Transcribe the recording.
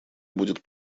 будет